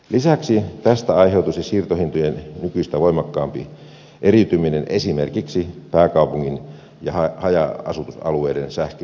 lisäksi tästä aiheutuisi siirtohintojen nykyistä voimakkaampi eriytyminen esimerkiksi pääkaupungin ja haja asutusalueiden sähköyhtiöiden välillä